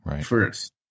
first